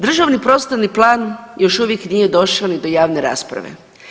Državni prostorni plan još uvijek nije došao ni do javne rasprave.